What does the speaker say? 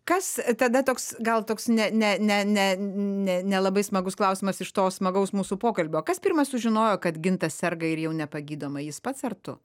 kas tada toks gal toks ne ne ne ne ne nelabai smagus klausimas iš to smagaus mūsų pokalbio kas pirmas sužinojo kad gintas serga ir jau nepagydomai jis pats ar tu